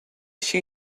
she